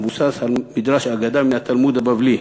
המבוסס על מדרש אגדה מן התלמוד הבבלי,